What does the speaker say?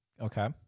Okay